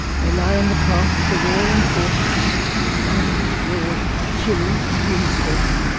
they lie in the path of the roaring forties and the climate is raw, chilly and windswept,